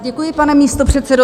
Děkuji, pane místopředsedo.